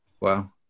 wow